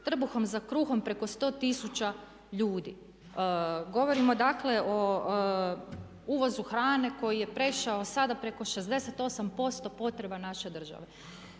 trbuhom za kruhom preko 100 tisuća ljudi. Govorimo dakle o uvozu hrane koji je prešao sada preko 68% potreba naše države.